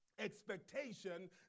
expectation